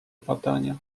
badania